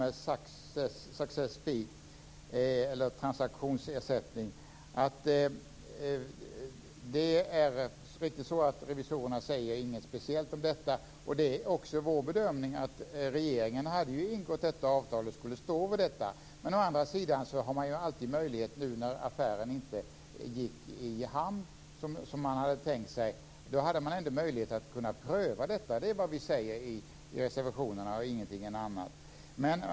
Vad gäller success fee eller transaktionsersättning är det mycket riktigt så att revisorerna inte säger något speciellt om detta. Det är också vår bedömning att regeringen hade ingått detta avtal och därför skulle stå vid det. Men å andra sidan har man ju alltid möjlighet - nu när affären inte gick i hamn såsom man hade tänkt sig - att pröva detta. Det är vad vi säger i reservationerna, och ingenting annat.